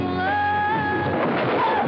love